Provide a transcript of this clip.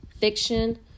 fiction